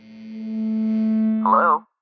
Hello